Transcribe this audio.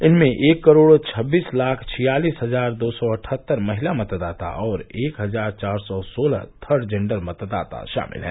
इनमें एक करोड़ छब्बीस लाख छियालिस हजार दो सौ अठहत्तर महिला मतदाता और एक हजार चार सौ सोलह थर्ड जेंडर मतदाता शामिल हैं